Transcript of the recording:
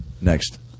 Next